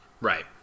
right